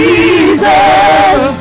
Jesus